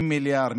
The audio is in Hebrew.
60 מיליארד,